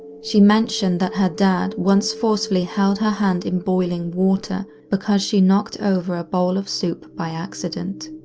she mentioned that her dad once forcefully held her hand in boiling water because she knocked over a bowl of soup by accident.